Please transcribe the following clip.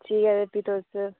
ठीक ऐ फ्ही तुस